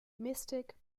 mystic